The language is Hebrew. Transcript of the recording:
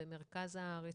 במרכז הארץ,